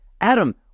Adam